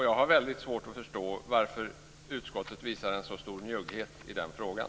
Jag har väldigt svårt att förstå varför utskottet visar så stor njugghet i den frågan.